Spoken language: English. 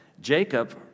Jacob